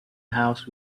house